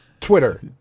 Twitter